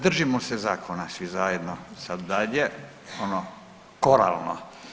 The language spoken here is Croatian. Držimo se zakona svi zajedno sad dalje ono koralno.